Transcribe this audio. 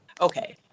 Okay